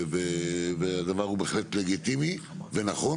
הדבר הוא בהחלט לגיטימי ונכון,